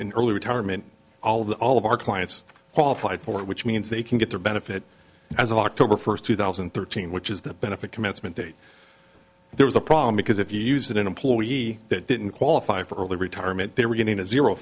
in early retirement all of the all of our clients qualified for it which means they can get their benefit as of october first two thousand and thirteen which is the benefit commencement date there was a problem because if you use that employee that didn't qualify for early retirement they were getting a zero